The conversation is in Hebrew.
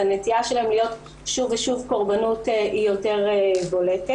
אז הנטייה שלהן להיות שוב ושוב קורבנות היא יותר בולטת.